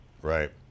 Right